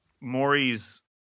Maury's